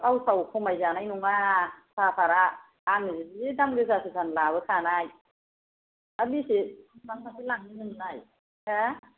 आवसाव खमायजानाय नङा साह पातआ आङो जि दाम गोसा गोसानि लाबोखानाय हा बेसे साहपाति लांनो नोंलाय हो